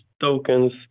tokens